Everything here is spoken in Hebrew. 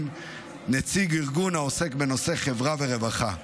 נציג ארגון העוסק בנושא חברה ורווחה,